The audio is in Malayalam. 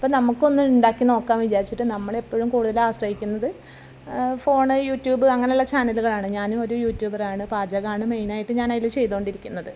അപ്പം നമുക്കൊന്ന് ഉണ്ടാക്കി നോക്കാം വിചാരിച്ചിട്ട് നമ്മൾ എപ്പോഴും കൂടുതൽ ആശ്രയിക്കുന്നത് ഫോണ് യൂട്യൂബ് അങ്ങനെയുള്ള ചാനലുകളാണ് ഞാനും ഒരു യൂറ്റൂബർ ആണ് പാചകമാണ് മെയിൻ ആയിട്ട് ഞാൻ അതിൽ ചെയ്തുകൊണ്ടിരിക്കുന്നത്